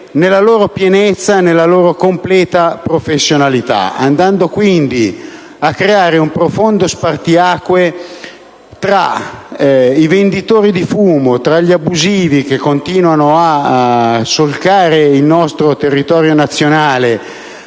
nella pienezza della loro competenza, andando quindi a creare un netto spartiacque tra i venditori di fumo, gli abusivi, che continuano a solcare il nostro territorio nazionale